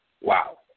wow